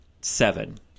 seven